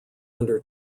under